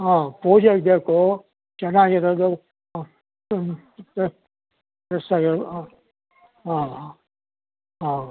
ಹಾಂ ಪೂಜೆಗೆ ಬೇಕು ಚೆನ್ನಾಗಿರೋದು ಹಾಂ ಫ್ರೆಷ್ ಆಗಿರೋದು ಹಾಂ ಹಾಂ ಹಾಂ